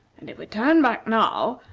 and if we turn back now,